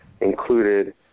included